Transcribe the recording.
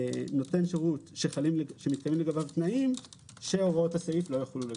נותן שירות שמתקיימים לגביו תנאים שהוראות הסעיף לא יחולו לגביו.